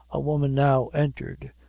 a woman now entered,